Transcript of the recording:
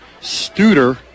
Studer